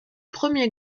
premier